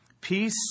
Peace